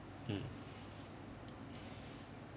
mm